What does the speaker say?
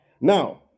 Now